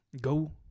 go